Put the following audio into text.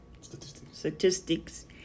statistics